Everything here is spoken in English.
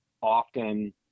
often